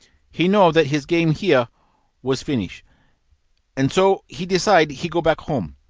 he know that his game here was finish and so he decide he go back home.